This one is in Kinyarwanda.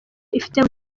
butandukanye